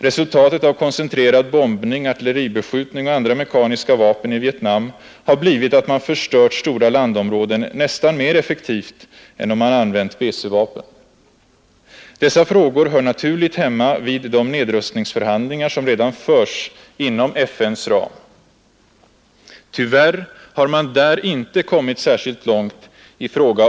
Resultatet av koncentrerad bombning, artilleribeskjutning och användandet av andra mekaniska vapen har blivit att man förstört stora landområden nästan mera effektivt än om man hade tillgripit BC-vapen. Dessa frågor har en naturlig plats vid de nedrustningsförhandlingar som redan förs inom FN:s ram.